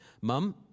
Mum